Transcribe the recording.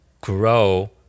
grow